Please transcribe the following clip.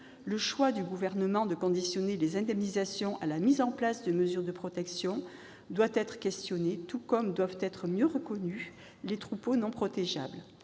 Le choix du Gouvernement de conditionner les indemnisations à la mise en place de mesures de protection doit être questionné, tout comme doivent être mieux reconnus les troupeaux non protégeables.